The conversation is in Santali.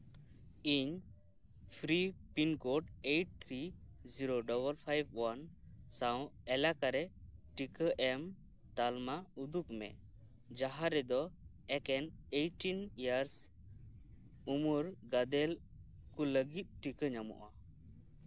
ᱤᱧ free pincode eight three zero double five one ᱥᱟᱶ ᱮᱞᱟᱠᱟ ᱨᱮ ᱴᱤᱠᱟᱹ ᱮᱢ ᱛᱟᱞᱢᱟ ᱩᱫᱩᱜ ᱢᱮ ᱡᱟᱸᱦᱟ ᱨᱮ ᱫᱚ ᱮᱠᱮᱱ ᱮᱭᱤᱴᱴᱤᱱ ᱮᱭᱟᱨᱥ ᱩᱢᱮᱨ ᱜᱟᱫᱮᱞ ᱠᱚ ᱞᱟᱹᱜᱤᱫ ᱴᱤᱠᱟᱹ ᱧᱟᱢᱚᱜᱼᱟ